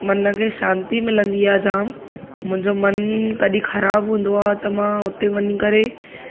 मन खे शांती मिलंदी आहे जाम मुंहिंजो मनु कॾहिं ख़राबु हूंदो आहे त मां हुते वञी करे